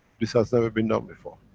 this has never been done before.